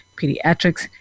pediatrics